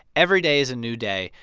every day is a new day.